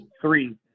three